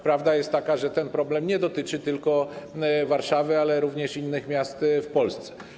Prawda jest taka, że ten problem nie dotyczy tylko Warszawy, ale również innych miast w Polsce.